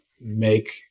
make